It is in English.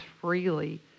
freely